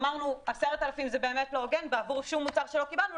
אמרנו: 10,000 שקל זה באמת לא הוגן בעבור שום מוצר שלא קיבלנו.